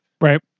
right